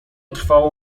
trwało